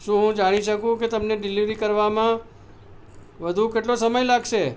શું હું જાણી શકું કે તમને ડિલિવરી કરવામાં વધુ કેટલો સમય લાગશે